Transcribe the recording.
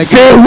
Say